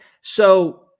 So-